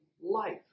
life